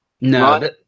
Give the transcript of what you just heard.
No